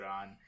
on